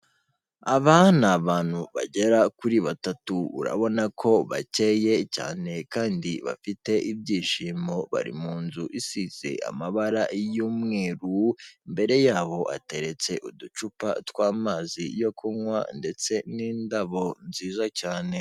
Aba ni abantu bagera kuri batatu urabona ko bakeye cyane kandi bafite ibyishimo bari mu nzu isize amabara y'umweru, imbere yabo hateretse uducupa tw'amazi yo kunywa ndetse n'indabo nziza cyane.